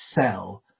sell